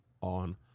on